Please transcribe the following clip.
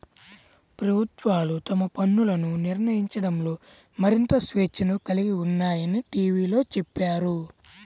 ప్రభుత్వాలు తమ పన్నులను నిర్ణయించడంలో మరింత స్వేచ్ఛను కలిగి ఉన్నాయని టీవీలో చెప్పారు